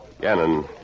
Gannon